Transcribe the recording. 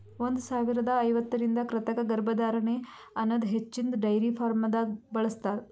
ಒಂದ್ ಸಾವಿರದಾ ಐವತ್ತರಿಂದ ಕೃತಕ ಗರ್ಭಧಾರಣೆ ಅನದ್ ಹಚ್ಚಿನ್ದ ಡೈರಿ ಫಾರ್ಮ್ದಾಗ್ ಬಳ್ಸತಾರ್